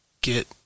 get